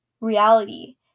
reality